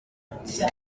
ati